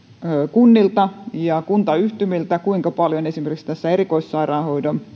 kunnilta ja kuntayhtymiltä kuinka paljon säästetään esimerkiksi tässä erikoissairaanhoidon